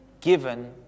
given